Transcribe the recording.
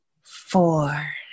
four